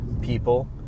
people